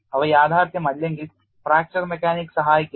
അവ യാഥാർത്ഥ്യമല്ലെങ്കിൽ fracture mechanics സഹായിക്കില്ല